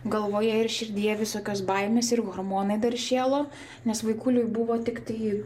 galvoje ir širdyje visokios baimės ir hormonai dar šėlo nes vaikuliui buvo tiktai